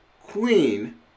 queen